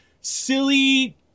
silly